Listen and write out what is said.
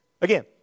Again